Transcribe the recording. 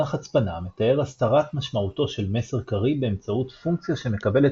המונח הצפנה מתאר הסתרת משמעותו של מסר קריא באמצעות פונקציה שמקבלת